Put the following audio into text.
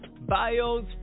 bios